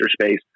space